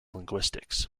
linguistics